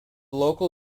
local